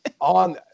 on